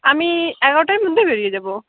আমি এগারোটার মধ্যেই বেরিয়ে যাব